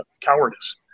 cowardice